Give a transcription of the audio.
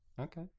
Okay